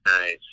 nice